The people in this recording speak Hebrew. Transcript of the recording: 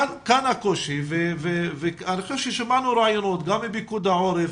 כאן הקושי ואני חושב ששמענו רעיונות גם מפיקוד העורף,